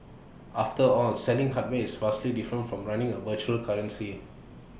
after all selling hardware is vastly different from running A virtual currency